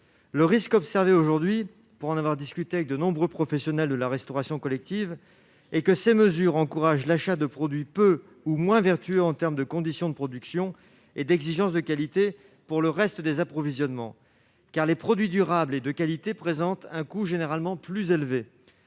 le risque observée aujourd'hui pour en avoir discuté avec de nombreux professionnels de la restauration collective et que ces mesures encouragent l'achat de produits peu ou moins vertueux en termes de conditions de production et d'exigence de qualité pour le reste des approvisionnements car les produits durables et de qualité, présente un coût généralement plus élevé